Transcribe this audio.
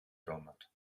doormat